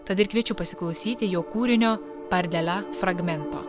tad ir kviečiu pasiklausyti jo kūrinio pardelia fragmento